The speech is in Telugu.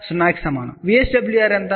0 కి సమానం VSWR ఎంత